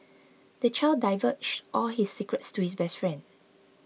the child divulged all his secrets to his best friend